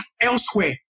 elsewhere